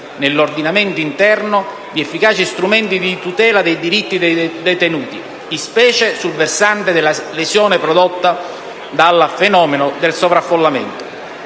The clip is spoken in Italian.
nell'ordinamento interno, di efficaci strumenti di tutela dei diritti dei detenuti, in specie sul versante della lesione prodotta dal fenomeno del sovraffollamento.